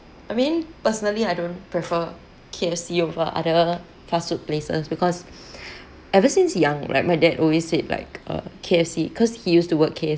I mean personally I don't prefer K_F_C over other fast food places because ever since young like my dad always said like uh K_F_C cause he used to work K_F_C